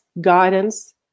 guidance